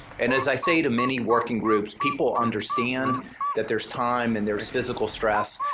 and as i say to many working groups, people understand that there's time and there's physical stress.